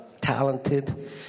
talented